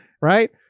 Right